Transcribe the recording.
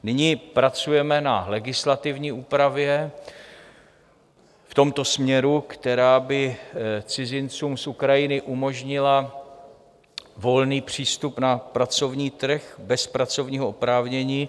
Nyní pracujeme na legislativní úpravě v tomto směru, která by cizincům z Ukrajiny umožnila volný přístup na pracovní trh bez pracovního oprávnění.